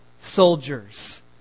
soldiers